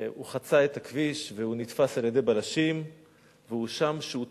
הוא חצה את הכביש ונתפס על-ידי בלשים והואשם שהוא תקף,